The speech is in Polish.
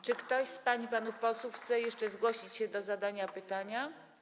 Czy ktoś z pań i panów posłów chce jeszcze zgłosić się do zadania pytania?